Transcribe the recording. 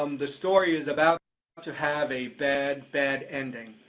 um the story is about to have a bad, bad ending.